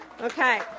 Okay